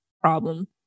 problem